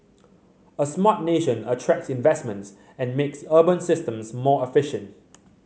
a smart nation attracts investments and makes urban systems more efficient